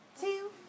two